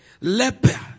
leper